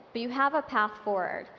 but you have a path forward.